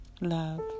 love